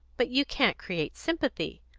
but you can't create sympathy.